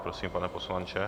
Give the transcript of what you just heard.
Prosím, pane poslanče.